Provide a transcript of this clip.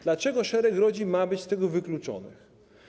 Dlaczego szereg rodzin ma być z tego wykluczonych?